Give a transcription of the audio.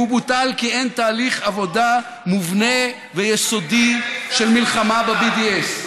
והוא בוטל כי אין תהליך עבודה מובנה ויסודי של מלחמה ב-BDS.